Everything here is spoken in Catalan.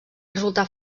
resultar